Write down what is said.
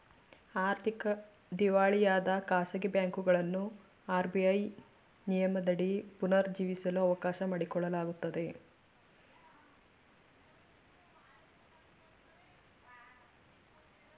ಆರ್ಥಿಕ ದಿವಾಳಿಯಾದ ಖಾಸಗಿ ಬ್ಯಾಂಕುಗಳನ್ನು ಆರ್.ಬಿ.ಐ ನಿಯಮದಡಿ ಪುನರ್ ಜೀವಿಸಲು ಅವಕಾಶ ಮಾಡಿಕೊಡಲಾಗುತ್ತದೆ